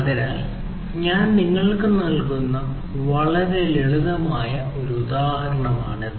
അതിനാൽ ഞാൻ നിങ്ങൾക്ക് നൽകുന്ന വളരെ ലളിതമായ ഒരു ഉദാഹരണമാണിത്